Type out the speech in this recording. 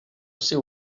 seu